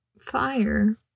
fire